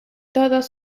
todos